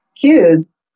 cues